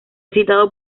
citado